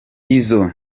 izo